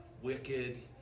Wicked